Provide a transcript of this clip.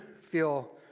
feel